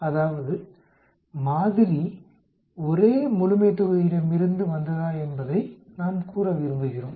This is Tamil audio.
அதாவது மாதிரி ஒரே முழுமைத்தொகுதியிடமிருந்து வந்ததா என்பதை நாம் கூற விரும்புகிறோம்